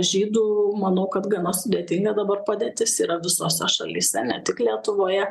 žydų manau kad gana sudėtinga dabar padėtis yra visose šalyse ne tik lietuvoje